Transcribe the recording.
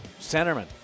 Centerman